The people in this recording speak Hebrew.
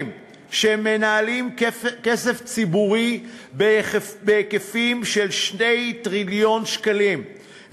שהם מנהלים כסף ציבורי בהיקפים של 2 טריליון שקלים,